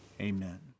Amen